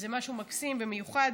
זה משהו מקסים ומיוחד.